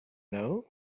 know